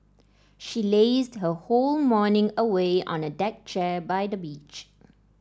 she lazed her whole morning away on a deck chair by the beach